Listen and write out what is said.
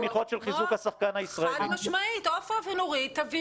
כשאתה מסתכל על תמיכות לחיזוק השחקן הישראלי אתה רואה